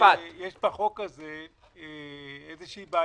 יש בחוק הזה איזושהי בעיה,